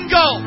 go